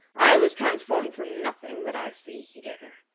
i was transformed from nothing that i see here.